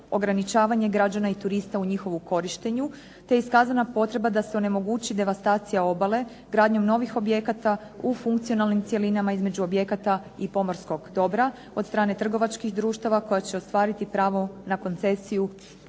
ograničavanje građana i turista u njezinu korištenju, te je iskazana potreba da se onemogući devastacija obale gradnjom novim objekata u funkcionalnim cjelinama između objekata i pomorskog dobra, od strane trgovačkih društava koja će ostvariti pravo na koncesiju